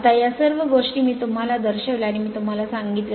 आता या सर्व गोष्टी मी तुम्हाला दर्शविल्या आणि मी तुम्हाला सांगितले